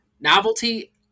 Novelty